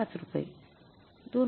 ५ रुपये २